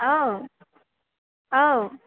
औ औ